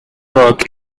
work